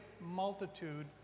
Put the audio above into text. multitude